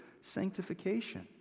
sanctification